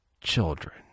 children